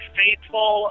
faithful